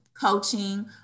coaching